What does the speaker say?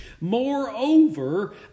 moreover